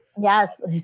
yes